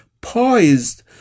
poised